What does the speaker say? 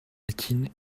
latine